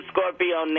Scorpio